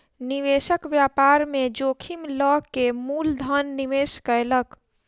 निवेशक व्यापार में जोखिम लअ के मूल धन निवेश कयलक